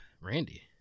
Randy